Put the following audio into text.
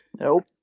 Nope